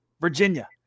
Virginia